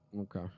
Okay